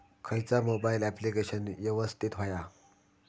खयचा mobile application यवस्तित होया?